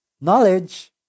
knowledge